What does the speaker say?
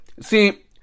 See